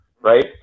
right